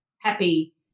happy